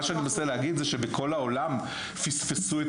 מה שאני מנסה להגיד זה שבכל העולם פספסו את